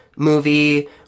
movie